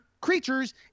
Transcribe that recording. creatures